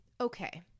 Okay